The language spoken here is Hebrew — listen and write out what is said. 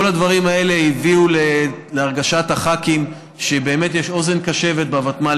כל הדברים האלה הביאו להרגשת הח"כים שבאמת יש אוזן קשבת בוותמ"ל.